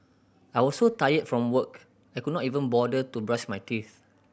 I was so tired from work I could not even bother to brush my teeth